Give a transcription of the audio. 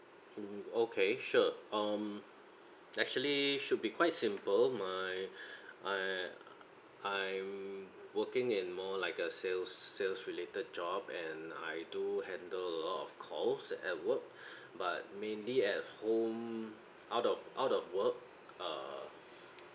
okay sure um actually should be quite simple my I I'm working in more like a sales sales related job and I do handle a lot of calls at work but mainly at home out of out of work err